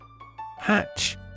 Hatch